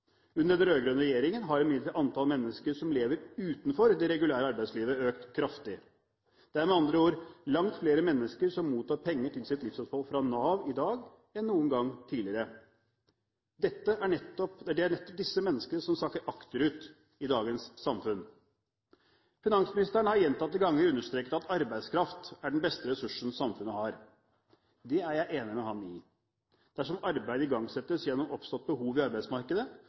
Under den rød-grønne regjeringen har imidlertid antall mennesker som lever utenfor det regulære arbeidslivet, økt kraftig. Det er med andre ord langt flere mennesker som mottar penger til sitt livsopphold fra Nav i dag, enn noen gang tidligere. Det er nettopp disse menneskene som sakker akterut i dagens samfunn. Finansministeren har gjentatte ganger understreket at arbeidskraft er den beste ressursen samfunnet har. Det er jeg enig med ham i. Dersom arbeid igangsettes gjennom oppstått behov i arbeidsmarkedet,